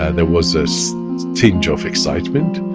and there was a so tinge of excitement,